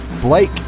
Blake